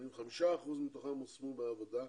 85 אחוזים מתוכם הושמו בעבודה,